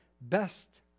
best